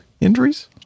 injuries